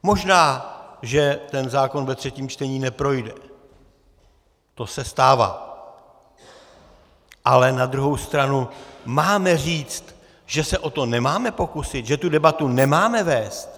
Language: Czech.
Možná že ten zákon ve třetím čtení neprojde, to se stává, ale na druhou stranu máme říct, že se o to nemáme pokusit, že tu debatu nemáme vést?